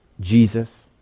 Jesus